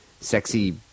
sexy